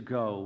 go